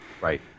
Right